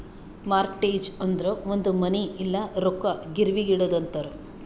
mortgage ಅಂದುರ್ ಒಂದ್ ಮನಿ ಇಲ್ಲ ರೊಕ್ಕಾ ಗಿರ್ವಿಗ್ ಇಡದು ಅಂತಾರ್